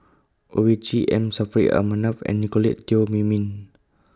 Owyang Chi M Saffri A Manaf and Nicolette Teo Wei Min